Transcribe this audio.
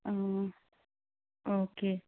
okay